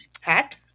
hat